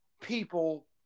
people